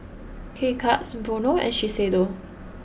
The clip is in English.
K Cuts Vono and Shiseido